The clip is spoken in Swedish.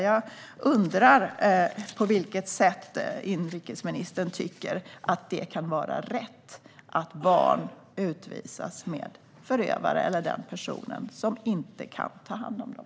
Jag undrar på vilket sätt inrikesministern tycker att det kan vara rätt att barn utvisas med personer som inte kan ta hand om dem.